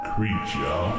Creature